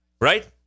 Right